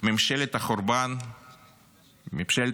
ממשלת החורבן במיטבה.